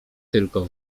tylko